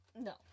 No